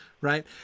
right